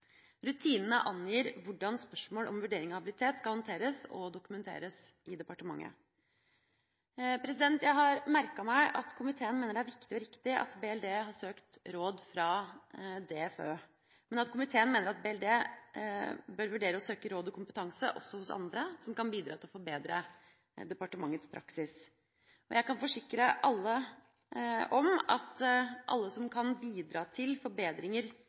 Rutinene angir hvordan spørsmål om vurdering av habilitet skal håndteres og dokumenteres i departementet. Jeg har merket meg at komiteen mener det er viktig og riktig at BLD har søkt råd fra DFØ, men at komiteen mener at BLD bør vurdere å søke råd og kompetanse også hos andre som kan bidra til å forbedre departementets praksis. Jeg kan forsikre alle om at alle som kan bidra til forbedringer,